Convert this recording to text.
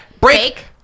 break